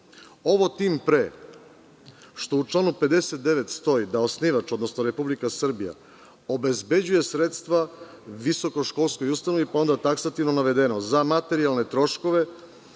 Ovo tim pre što u članu 59. stoji da osnivač, odnosno Republika Srbija, obezbeđuje sredstva visokoškolskoj ustanovi, pa se onda taksativno navodi – za materijalne troškove,